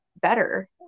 better